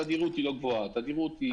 התדירות היא לא גבוהה, התדירות היא סבירה.